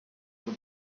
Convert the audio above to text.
the